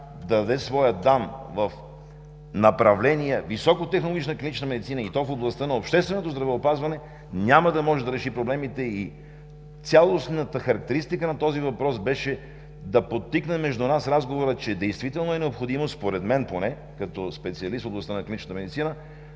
да даде своя дан в направления високотехнологична медицина и то в областта на общественото здравеопазване, няма да може да реши проблемите и цялостната характеристика на този въпрос беше да подтикне между нас разговора, че действително е необходимо, според мен поне като специалист в областта на клиничната медицина,